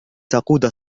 تقود